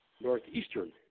northeastern